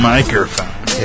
Microphone